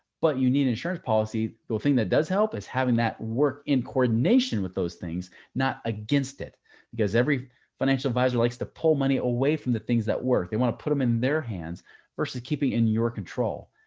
but you need an insurance policy. well thing that does help is having that work in coordination with those things, not against it because every financial advisor likes to pull money away from the things that work they want to put them in their hands versus keeping in your control.